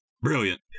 Brilliant